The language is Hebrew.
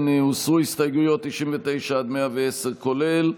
הוסרו הסתייגויות 99 עד 110, כולל.